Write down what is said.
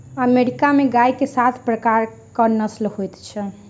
America में गाय के सात प्रकारक नस्ल होइत अछि